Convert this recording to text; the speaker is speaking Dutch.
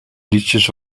liedjes